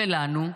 ולנו,